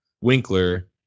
Winkler